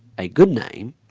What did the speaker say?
a good name